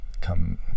come